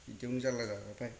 बिदियावनो जारला जालांबाय